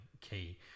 key